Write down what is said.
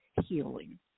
healing